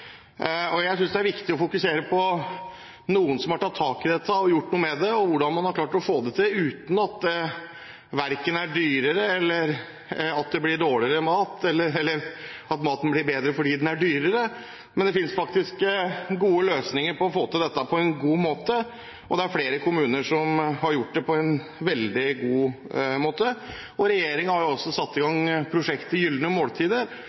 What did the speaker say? meste. Jeg synes det er viktig å fokusere på noen som har tatt tak i dette og gjort noe med det, og på hvordan man har klart å få det til, uten at det verken er dyrere eller at det blir dårligere mat, eller at maten blir bedre fordi den er dyrere. Det finnes faktisk gode løsninger for å få til dette på en god måte, og det er flere kommuner som har gjort det på en veldig god måte. Regjeringen har også satt i